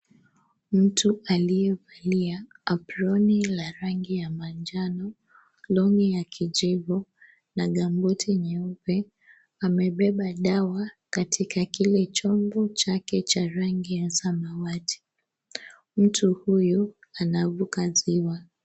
Mtu aliyevalia abroni la rangi ya manjano, longi ya kijivu na gambuti nyeupa. Amebeba dawa katika kile chombo chake cha rangi ya samawati. Mtu huyu anavuka ziwa.